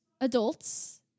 adults